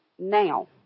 Now